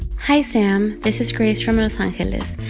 hi, sam, this is grace from los angeles.